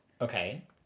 Okay